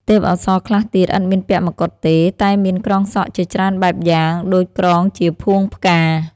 ទេបអប្សរខ្លះទៀត ឥតមានពាក់មកុដ ទេ តែមានក្រងសក់ជាច្រើនបែបយ៉ាង ដូចក្រងជាភួងផ្កា។